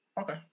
Okay